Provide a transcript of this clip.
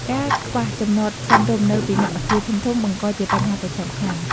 ការខ្វះចំណតសមរម្យនៅពីមុខអគារធំៗ បង្កជាបញ្ហាប្រឈមខ្លាំង។